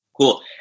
Cool